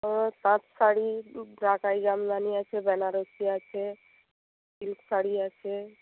ও তাঁত শাড়ি ঢাকাই জামদানী আছে বেনারসি আছে সিল্ক শাড়ি আছে